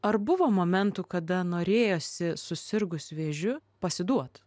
ar buvo momentų kada norėjosi susirgus vėžiu pasiduot